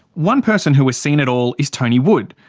one person who has seen it all is tony wood.